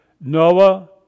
Noah